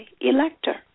elector